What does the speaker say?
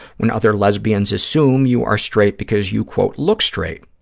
when other lesbians assume you are straight because you, quote, look straight,